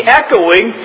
echoing